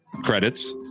credits